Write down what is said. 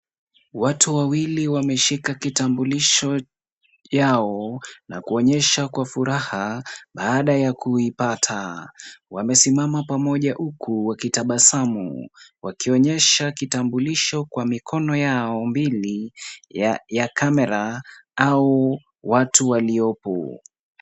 Watu wawili wameshika kitambulisho yao na kuonyesha kwa furaha baada ya kuipata. Wamesimama pamoja huku wakitabasamu, wakionyesha kitambulisho kwa mikono yao mbili ya kamera au watu waliopo.